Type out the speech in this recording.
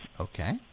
okay